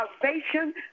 salvation